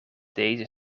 deze